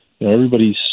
Everybody's